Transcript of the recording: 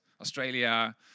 Australia